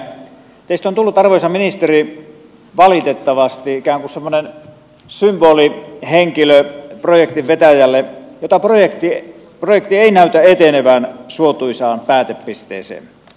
teistä on tullut arvoisa ministeri valitettavasti ikään kuin semmoinen symbolihenkilö projektinvetäjälle mutta projekti ei näytä etenevän suotuisaan päätepisteeseensä